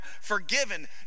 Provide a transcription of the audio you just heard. forgiven